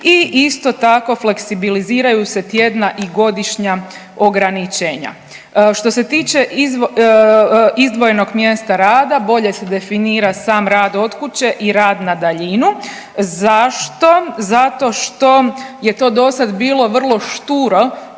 i isto tako, fleksibiliziraju se tjedna i godišnja ograničenja. Što se tiče izdvojenog mjesta rada, bolje se definira sad rad od kuće i rad na daljinu. Zašto? Zato što je to dosad bilo vrlo šturo